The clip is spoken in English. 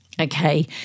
okay